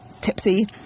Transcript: tipsy